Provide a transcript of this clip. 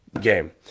game